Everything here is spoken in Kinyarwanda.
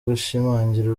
gushimangira